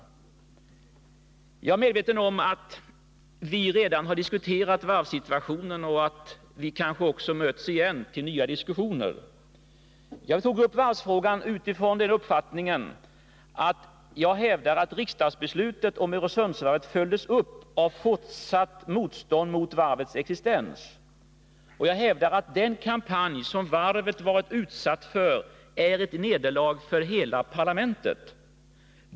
Jag är medveten om att vi redan har diskuterat varvssituationen och att vi kanske också möts igen till nya diskussioner. Jag tog upp varvsfrågan utifrån den utgångspunkten att jag hävdar att riksdagsbeslutet om Öresundsvarvet följdes upp av fortsatt motstånd mot varvets existens. Jag hävdar att den kampanj som varvet varit utsatt för är ett nederlag för hela parlamentet.